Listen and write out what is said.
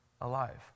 alive